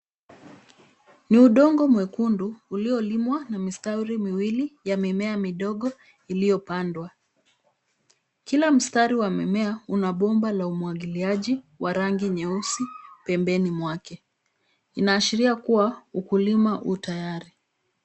Ni udongo mwekundu uliolimwa na mistari miwili ya mimea midogo iliyopandwa. Kila mistari wa mimea una bomba la umwagiliaji wa rangi nyeusi pembeni mwake. Inashiria Kua ukulima yu tayari.